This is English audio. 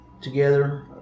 together